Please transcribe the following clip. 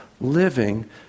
living